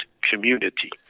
community